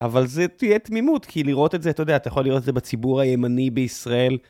אבל זה תהיה תמימות, כי לראות את זה, אתה יודע, אתה יכול לראות את זה בציבור הימני בישראל.